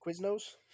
Quiznos